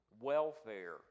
welfare